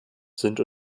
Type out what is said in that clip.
sind